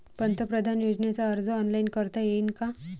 पंतप्रधान योजनेचा अर्ज ऑनलाईन करता येईन का?